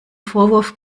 vorwurf